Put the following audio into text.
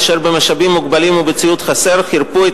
אשר במשאבים מוגבלים ובציוד חסר חירפו את